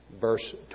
verse